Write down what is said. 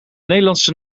nederlandse